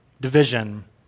division